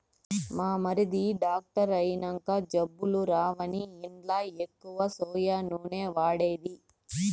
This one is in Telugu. మా మరిది డాక్టర్ అయినంక జబ్బులు రావని ఇంట్ల ఎక్కువ సోయా నూనె వాడేది